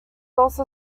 also